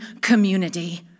community